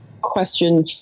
question